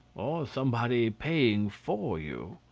somebody paying for you.